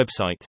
website